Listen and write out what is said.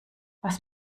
was